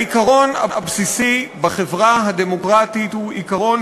העיקרון הבסיסי בחברה הדמוקרטית הוא עיקרון